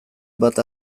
bat